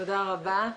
תודה רבה.